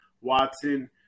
Watson